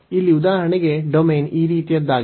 ಇಲ್ಲಿ ಉದಾಹರಣೆಗೆ ಡೊಮೇನ್ ಈ ರೀತಿಯದ್ದಾಗಿದೆ